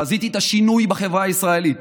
חזיתי את השינוי בחברה הישראלית,